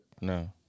No